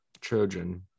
Trojan